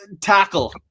Tackle